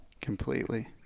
Completely